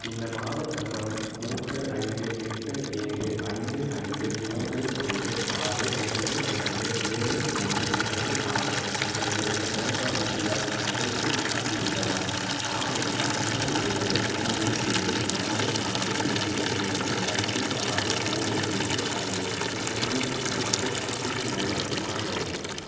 இந்த மாதச் சம்பளம் மூன்று ஐந்து எட்டு ஏழு ஐந்து ஐந்து மூன்று மூன்று ஆறு இரண்டு இரண்டு ஏழு மூணு இரண்டு ஆறு என்ற என்னுடைய பேங்க் ஆஃப் இந்தியா கணக்கில் க்ரெடிட் ஆகிவிட்டதா ஆம் என்றால் நூறு ருபாயை மூன்று ஏழு நாலு நாலு இரண்டு இரண்டு ஐந்து ஆறு மூணு எட்டு ஐந்து என்ற பிஎன்பி கணக்குக்கு ஆக்ஸிஜன் மூலம் மாற்றவும்